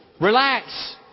Relax